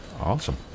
Awesome